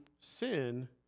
sin